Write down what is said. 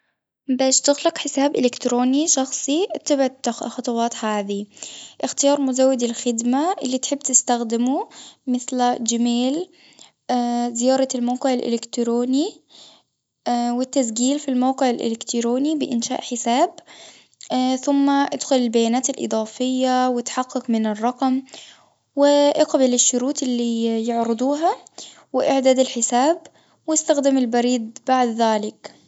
باش تخلق حساب إلكتروني شخصي اتبع الخطوات هذي، اختيار مزود الخدمة اللي تحب تستخدمه، مثل جيميل زيارة الموقع الالكتروني، والتسجيل في الموقع الإلكتروني بإنشاء حساب ثم ادخل البيانات الإضافية واتحقق من الرقم واقبل الشروط اللي يي- عرضوها وإعداد الحساب واستخدم البريد بعد ذلك.